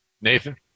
Nathan